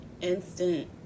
instant